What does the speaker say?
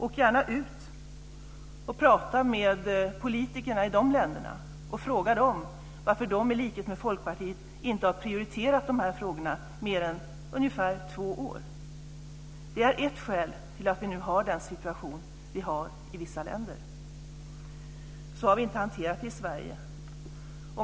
Åk gärna ut och prata med politikerna i de länderna och fråga dem varför de i likhet med Folkpartiet inte har prioriterat frågorna i mer än ungefär två år. Det är ett skäl till att vi har den situation vi har i vissa länder. Så har vi inte hanterat detta i Sverige.